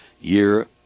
year